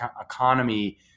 economy